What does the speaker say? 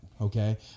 okay